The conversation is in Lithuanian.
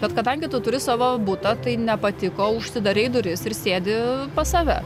bet kadangi tu turi savo butą tai nepatiko užsidarei duris ir sėdi pas save